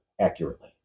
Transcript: Accurately